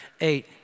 eight